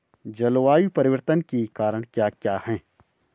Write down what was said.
जलवायु परिवर्तन के कारण क्या क्या हैं?